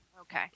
Okay